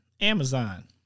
Amazon